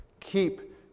Keep